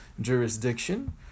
jurisdiction